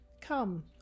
Come